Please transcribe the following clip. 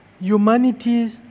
humanity